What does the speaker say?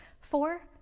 Four